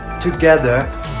Together